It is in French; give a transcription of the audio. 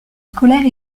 scolaires